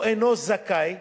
או אינו זכאי,